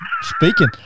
speaking